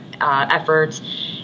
efforts